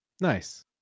nice